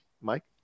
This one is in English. Mike